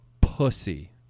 pussy